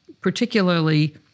particularly